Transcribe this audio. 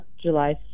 July